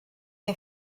ein